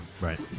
Right